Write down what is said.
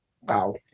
Wow